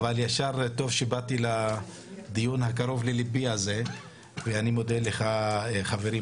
טוב שבאתי לדיון הקרוב לליבי הזה ואני מודה לך חברי,